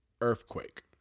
Earthquake